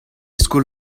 skol